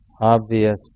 obvious